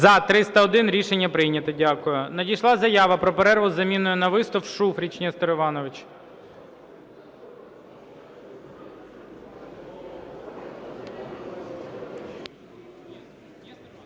За-301 Рішення прийнято. Дякую. Надійшла заява про перерву з заміною на виступ. Шуфрич Нестор Іванович.